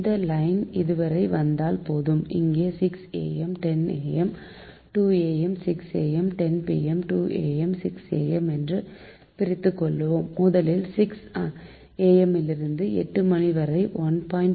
இந்த லைன் இதுவரை வந்தால் போதும் இங்கே 6 am 10 am 2 pm 6 pm 10 pm 2 am 6 am என்று பிரித்துக்கொள்வோம் முதலில் 6 am லிருந்து 8 மணிவரை 1